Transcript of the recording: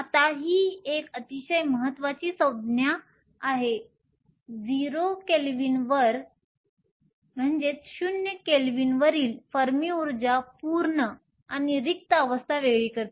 आता ही एक अतिशय महत्वाची संज्ञा आहे 0 केल्विनवरील फर्मी ऊर्जा पूर्ण आणि रिक्त अवस्था वेगळी करते